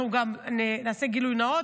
אנחנו גם נעשה גילוי נאות,